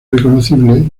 reconocible